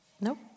Nope